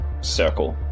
circle